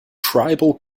tribal